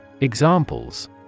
Examples